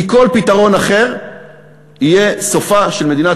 כי כל פתרון אחר יהיה סופה של מדינת